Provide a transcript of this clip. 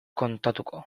kontatuko